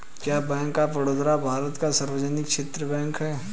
क्या bank of Baroda Bharat का सार्वजनिक क्षेत्र का बैंक है?